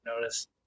notice